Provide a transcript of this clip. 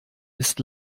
ist